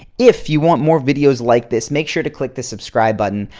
if you want more videos like this, make sure to click the subscribe button.